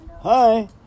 Hi